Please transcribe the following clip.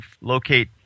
locate